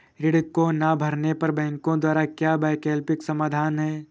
ऋण को ना भरने पर बैंकों द्वारा क्या वैकल्पिक समाधान हैं?